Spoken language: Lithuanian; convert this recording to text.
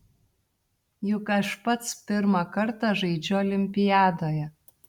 juk aš pats pirmą kartą žaidžiu olimpiadoje